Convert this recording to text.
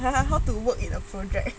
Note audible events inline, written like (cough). (laughs) how to work in a project